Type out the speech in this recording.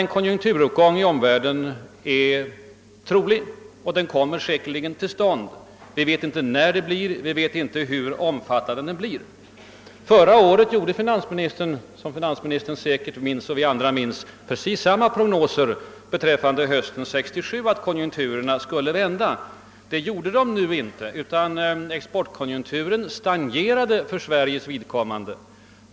En konjunkturuppgång i omvärlden är trolig, men vi vet inte när den kommer och hur omfattande den blir. Förra året gjorde finansministern, som säkerligen både han själv och vi andra minns, precis samma prognoser beträffande hösten 1967, nämligen att konjunkturerna skulle vända. Så skedde inte, utan exportkonjunkturen stagnerade för Sveriges vidkommande.